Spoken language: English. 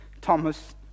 Thomas